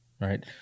Right